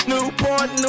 Newport